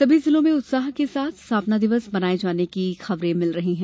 सभी जिलों से उल्लास के साथ स्थापना दिवस मनाए जाने की खबरें मिल रही हैं